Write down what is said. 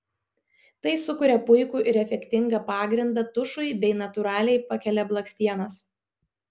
tai sukuria puikų ir efektingą pagrindą tušui bei natūraliai pakelia blakstienas